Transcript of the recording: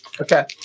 Okay